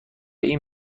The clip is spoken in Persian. این